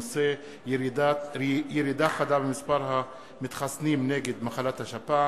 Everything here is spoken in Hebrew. בנושא: ירידה חדה במספר המתחסנים נגד מחלת השפעת,